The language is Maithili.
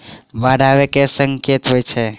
बाढ़ आबै केँ की संकेत होइ छै?